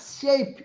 shape